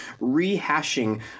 rehashing